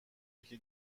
یکی